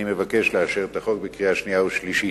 אני מבקש לאשר את החוק בקריאה שנייה ובקריאה שלישית.